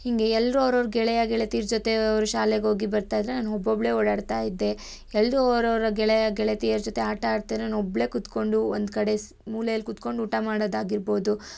ಹೀಗೆ ಎಲ್ಲರು ಅವ್ರವ್ರ ಗೆಳೆಯ ಗೆಳತೀರ ಜೊತೆ ಅವ್ರ ಶಾಲೆಗೆ ಹೋಗಿ ಬರ್ತಾ ಇದ್ದರೆ ನಾನು ಒಬ್ಬೊಬ್ಬಳೆ ಓಡಾಡ್ತಾಯಿದ್ದೆ ಎಲ್ಲರು ಅವರವ್ರ ಗೆಳೆಯ ಗೆಳತಿಯರ ಜೊತೆ ಆಟ ಆಡ್ತಿದ್ರೆ ನಾನು ಒಬ್ಬಳೆ ಕೂತ್ಕೊಂಡು ಒಂದು ಕಡೆ ಸ ಮೂಲೆಯಲ್ಲಿ ಕೂತ್ಕೊಂಡು ಊಟ ಮಾಡೋದಾಗಿರ್ಬೋದು